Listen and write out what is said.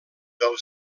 del